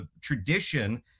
tradition